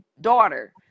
daughter